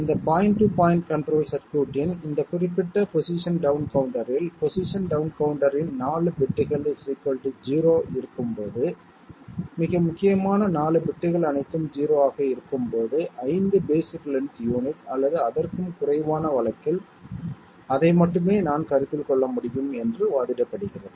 இந்த point to point control சர்க்யூட்டின் இந்த குறிப்பிட்ட பொசிஷன் டவுன் கவுண்டரில் பொசிஷன் டவுன் கவுண்டர் இன் 4 பிட்கள் 0 இருக்கும் போது மிக முக்கியமான 4 பிட்கள் அனைத்தும் 0 ஆக இருக்கும் போது 5 பேஸிக் லென்த் யூனிட் அல்லது அதற்கும் குறைவான வழக்கில் அதை மட்டுமே நாம் கருத்தில் கொள்ள முடியும் என்று வாதிடப்படுகிறது